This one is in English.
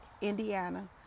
Indiana